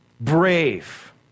brave